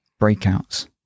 breakouts